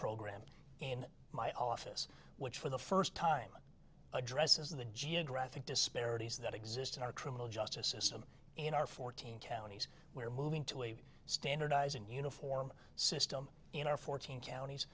program in my office which for the first time addresses the geographic disparities that exist in our criminal justice system in our fourteen counties we're moving to a standardized and uniform system in our fourteen counties